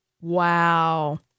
Wow